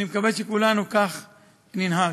אני מקווה שכולנו כך ננהג.